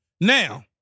Now